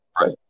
Right